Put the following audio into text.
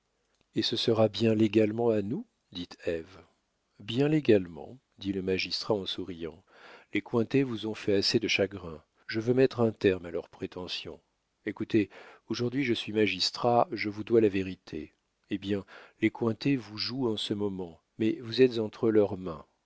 et ce sera bien légalement à nous dit ève bien légalement dit le magistrat en souriant les cointet vous ont fait assez de chagrins je veux mettre un terme à leurs prétentions écoutez aujourd'hui je suis magistrat je vous dois la vérité eh bien les cointet vous jouent en ce moment mais vous êtes entre leurs mains